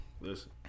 listen